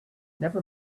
never